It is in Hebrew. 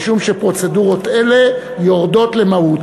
משום שפרוצדורות אלה יורדות למהות.